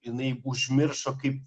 jinai užmiršo kaip